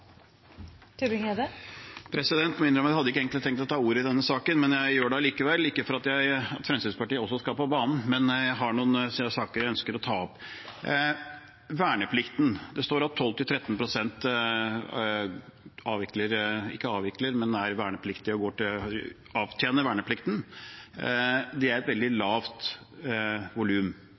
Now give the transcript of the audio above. må innrømme at jeg egentlig ikke hadde tenkt å ta ordet i denne saken, men jeg gjør det likevel – ikke for at Fremskrittspartiet også skal på banen, men jeg har noen saker jeg ønsker å ta opp. Verneplikten: Det står at 12–13 pst. avtjener verneplikt. Det er et veldig lavt volum. Det burde vært langt høyere – ikke bare fordi Forsvaret trenger det,